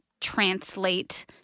translate